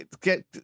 get